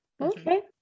Okay